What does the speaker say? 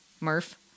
Murph